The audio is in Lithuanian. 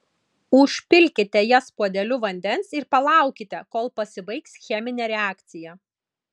užpilkite jas puodeliu vandens ir palaukite kol pasibaigs cheminė reakcija